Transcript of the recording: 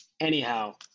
anyhow